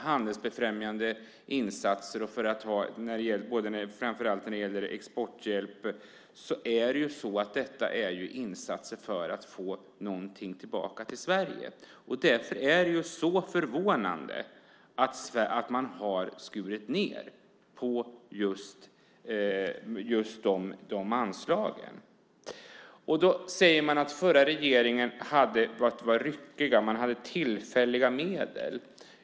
Handelsbefrämjande insatser, framför allt när det gäller exporthjälp, är insatser för att få någonting tillbaka till Sverige. Därför är det så förvånande att man har skurit ned på just de anslagen. Man säger att den förra regeringen var ryckig. Den hade tillfälliga medel.